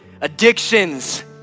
addictions